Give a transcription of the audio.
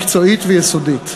מקצועית ויסודית.